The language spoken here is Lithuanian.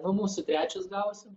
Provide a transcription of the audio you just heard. nu mūsų trečias gavosi